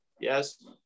yes